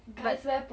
what